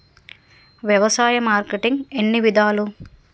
వ్యవసాయ మార్కెటింగ్ ఎన్ని విధాలు?